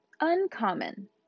uncommon